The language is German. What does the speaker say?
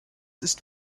ist